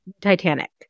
Titanic